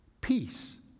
Peace